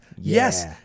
Yes